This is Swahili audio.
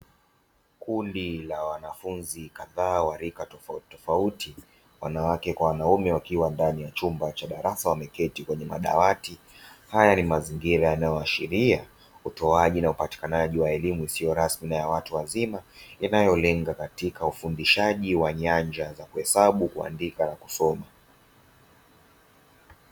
Kundi la wanafunzi kadhaa wa rika tofauti tofauti, wanawake kwa wanaume wakiwa ndani ya chumba cha darasa wameketi kwenye madawati. Haya na mazingira yanayoashiria utoaji na upatikanaji wa elimu isiyo rasmi ya watu wazima, inayolenga ufundishaji wa nyanja za kuhesabu, kuandika na kusoma.